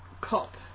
cop